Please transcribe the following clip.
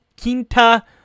Quinta